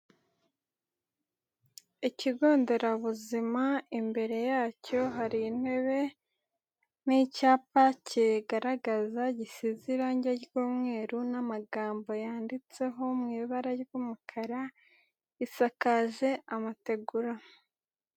Ikigo nderabuzima, imbere yacyo hari intebe n'icyapa, kigaragara gisize irangi ry'umweru, n'amagambo yanditseho mu ibara ry'umukara, gisakaje amategura.